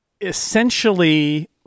essentially